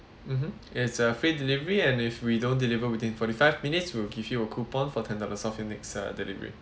mmhmm it's a free delivery and if we don't deliver within forty five minutes we'll give you a coupon for ten dollars of your uh next delivery